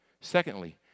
Secondly